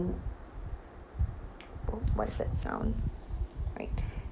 oh what is that sound right